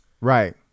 Right